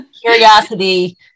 Curiosity